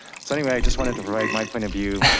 so anyway, i just wanted to provide my point of view.